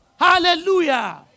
Hallelujah